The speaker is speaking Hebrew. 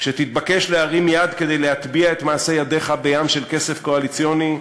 כשתתבקש להרים יד כדי להטביע את מעשה ידיך בים של כסף קואליציוני,